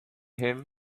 him